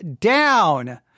down